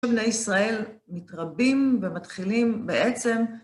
בני ישראל מתרבים ומתחילים בעצם...